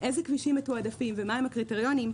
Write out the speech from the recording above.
איזה כבישים מתועדפים ומה הקריטריונים,